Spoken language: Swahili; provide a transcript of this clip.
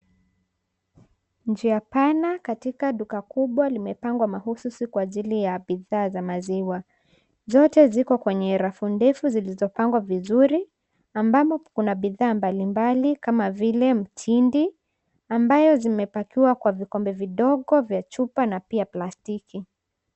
Njia pana katika duka kubwa limepangwa mahususi kwa ajili ya bidhaa za maziwa. Zote ziko kwenye rafu ndefu zilizopangwa vizuri ambamo kuna bidhaa mbalimbali kama vile mtindi ambayo zimepakiwa kwa vikombe vidogo vya chupa na pia plastiki.